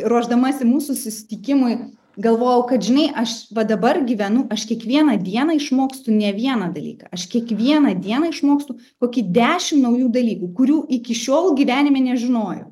ruošdamasi mūsų susitikimui galvojau kad žinai aš va dabar gyvenu aš kiekvieną dieną išmokstu ne vieną dalyką aš kiekvieną dieną išmokstu kokį dešim naujų dalykų kurių iki šiol gyvenime nežinojau